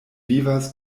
vivas